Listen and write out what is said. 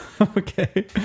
Okay